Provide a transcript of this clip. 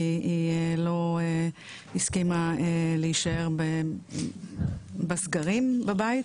כי היא לא הסכימה להישאר בסגרים בבית,